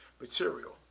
material